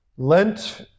Lent